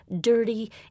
dirty